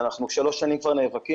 אנחנו כבר שלוש שנים נאבקים.